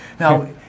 Now